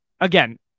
again